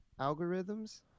algorithms